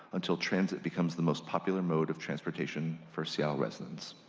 until transit becomes the most popular mode of transportation for seattle residents.